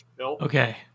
Okay